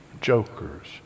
jokers